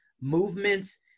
movements